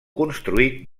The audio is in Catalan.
construït